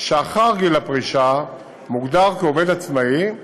שאחר גיל הפרישה מוגדר עובד עצמאי,